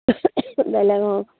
অঁ